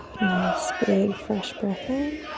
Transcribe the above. nice, big fresh breath in,